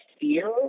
fear